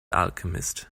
alchemist